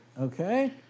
Okay